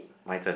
my turn